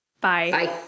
Bye